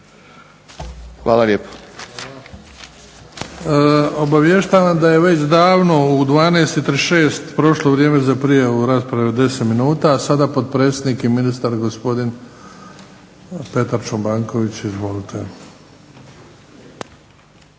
Luka (HDZ)** Obavještavam da je već davno u 12,36 prošlo vrijeme za prijavu rasprave od 10 minuta. A sada potpredsjednik i ministar gospodin Petar Čobanković. Izvolite.